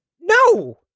No